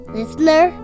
Listener